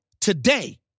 today